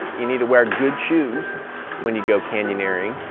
you need to wear good shoes when you go canyoneering.